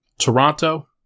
Toronto